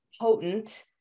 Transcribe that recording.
potent